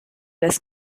las